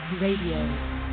Radio